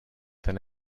than